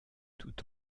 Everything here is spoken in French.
tout